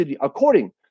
according